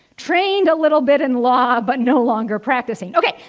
trained a little bit in law but no longer practicing. ok.